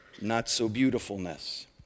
not-so-beautifulness